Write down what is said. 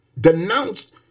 denounced